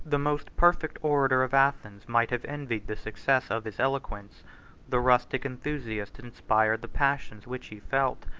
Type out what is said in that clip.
the most perfect orator of athens might have envied the success of his eloquence the rustic enthusiast inspired the passions which he felt,